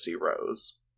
Rose